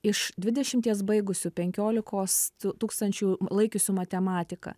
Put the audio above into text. iš dvidešimties baigusių penkiolikos tūkstančių laikiusių matematiką